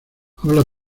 habla